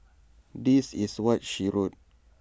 this is what she wrote